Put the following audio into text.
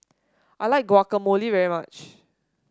I like Guacamole very much